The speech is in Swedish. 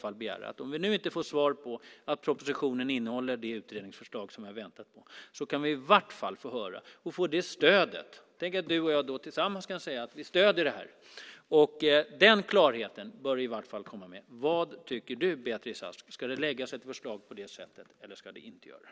Om vi nu inte får svaret att propositionen innehåller det utredningsförslag som vi har väntat på kan vi i varje fall få höra att vi har det stödet. Då kan du och jag tillsammans säga att vi stöder förslaget. Den klarheten bör du i varje fall komma med. Vad tycker du, Beatrice Ask? Ska det läggas fram ett förslag på det sättet, eller ska det inte göras?